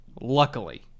Luckily